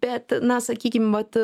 bet na sakykim vat